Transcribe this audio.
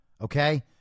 okay